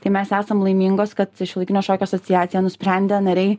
tai mes esam laimingos kad šiuolaikinio šokio asociacija nusprendė nariai